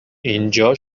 اینجا